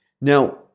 now